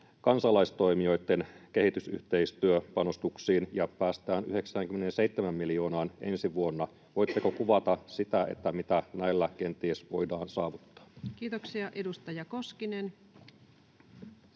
kansalaistoimijoitten kehitysyhteistyöpanostuksiin, ja päästään 97 miljoonaan ensi vuonna. Voitteko kuvata, mitä näillä kenties voidaan saavuttaa? [Speech 17] Speaker: